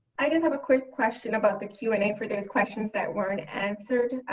i did have a quick question about the q and a for those questions that weren't answered.